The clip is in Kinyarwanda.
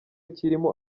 kirimo